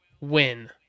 win